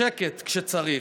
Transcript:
בשקט, כשצריך,